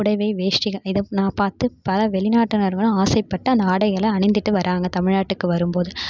புடவை வேஷ்ட்டிகள் இதை நான் பார்த்து பல வெளிநாட்டினர்களும் ஆசைப்பட்ட அந்த ஆடைகளை அணிந்திட்டு வராங்க தமிழ் நாட்டுக்கு வரும்போது